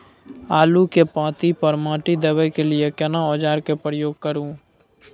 आलू के पाँति पर माटी देबै के लिए केना औजार के प्रयोग करू?